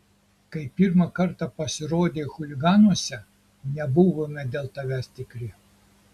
kai pirmą kartą pasirodei chuliganuose nebuvome dėl tavęs tikri